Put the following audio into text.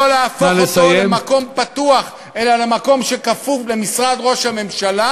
לא להפוך אותו למקום פתוח אלא למקום שכפוף למשרד ראש הממשלה,